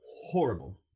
horrible